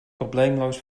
probleemloos